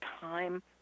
time